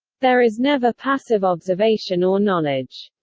there is never passive observation or knowledge.